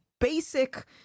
basic